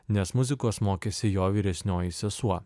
nes muzikos mokėsi jo vyresnioji sesuo